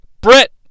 Brett